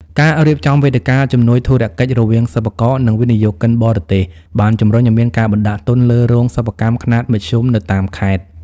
ការរៀបចំវេទិកាជំនួបធុរកិច្ចរវាងសិប្បករ និងវិនិយោគិនបរទេស បានជំរុញឱ្យមានការបណ្ដាក់ទុនលើរោងសិប្បកម្មខ្នាតមធ្យមនៅតាមខេត្ត។